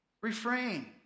refrain